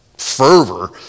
fervor